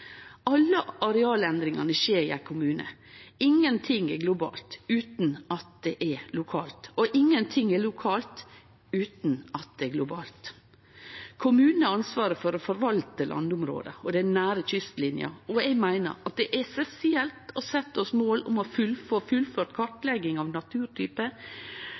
Alle arealendringar skjer i ein kommune. Ingenting er globalt utan at det er lokalt, og ingenting er lokalt utan at det er globalt. Kommunane har ansvaret for å forvalte landområda og den nære kystlinja, og eg meiner at det er essensielt å setje oss mål om å få fullført kartlegging av